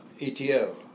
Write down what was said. ETO